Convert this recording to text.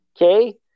Okay